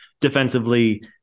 defensively